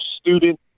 student